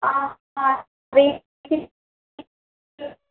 ఆ ఆ రీఫిల్